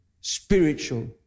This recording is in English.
spiritual